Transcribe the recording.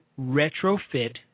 retrofit